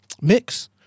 Mix